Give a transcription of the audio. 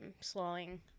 slowing